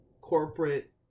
corporate